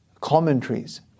commentaries